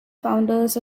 founders